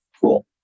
Cool